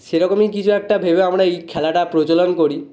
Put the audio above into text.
সেরকমই কিছু একটা ভেবে আমরা এই খেলাটা প্রচলন করি